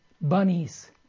bunnies